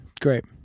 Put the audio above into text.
great